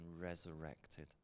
resurrected